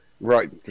Right